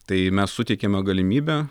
tai mes suteikiame galimybę